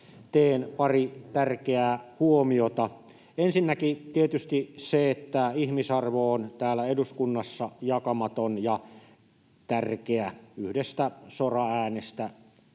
teen pari tärkeää huomiota: Ensinnäkin tietysti se, että ihmisarvo on täällä eduskunnassa jakamaton ja tärkeä huolimatta yhdestä soraäänestä,